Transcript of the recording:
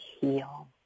heal